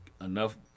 enough